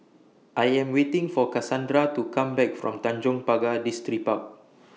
I Am waiting For Casandra to Come Back from Tanjong Pagar Distripark